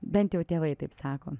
bent jau tėvai taip sako